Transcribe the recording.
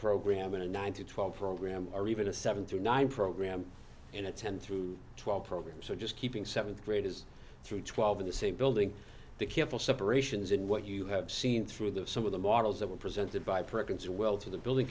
program in a nine to twelve program or even a seven through nine program in a ten through twelve program so just keeping seventh grade is through twelve in the same building the careful separations in what you have seen through the some of the models that were presented by perkins well to the building